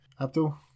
Abdul